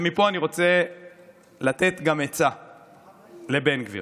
ומפה אני רוצה לתת גם עצה לבן גביר,